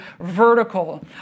vertical